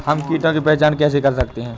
हम कीटों की पहचान कैसे कर सकते हैं?